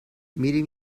میریم